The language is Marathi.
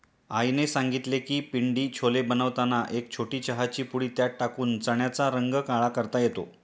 आईने सांगितले की पिंडी छोले बनवताना एक छोटी चहाची पुडी त्यात टाकून चण्याचा रंग काळा करता येतो